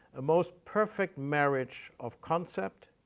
the most perfect marriage of concept,